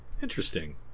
Interesting